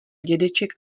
dědeček